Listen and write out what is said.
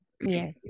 yes